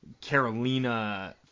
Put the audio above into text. Carolina